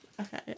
Okay